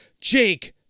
Jake